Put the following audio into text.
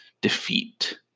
defeat